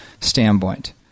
standpoint